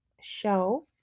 show